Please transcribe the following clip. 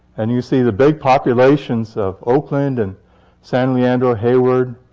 and you see the big populations of oakland and san leandro, hayward,